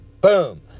boom